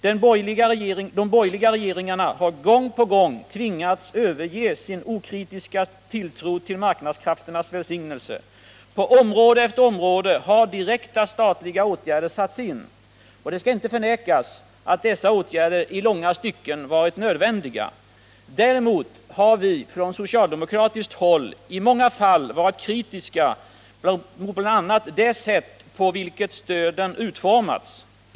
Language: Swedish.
De borgerliga regeringarna har gång på gång tvingats överge sin okritiska tilltro till marknadskrafternas välsignelse. På område efter område har direkta statliga åtgärder satts in. Det skall inte förnekas att dessa åtgärder i långa stycken varit nödvändiga. Däremot har vi från socialdemokratiskt håll i många fall varit kritiska mot bl.a. det sätt på vilket stöden utformats.